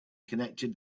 connected